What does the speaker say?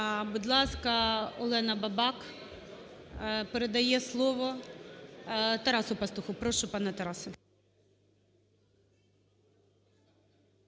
Будь ласка, Олена Бабак, передає слово Тарасу Пастуху. Прошу, пане Тарасе.